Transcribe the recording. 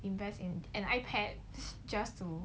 invest in an ipad just to